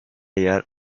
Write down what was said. yer